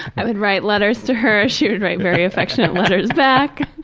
i would write letters to her, she would write very affectionate letters back.